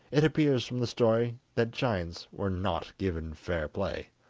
it appears from the story that giants were not given fair play!